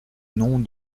nom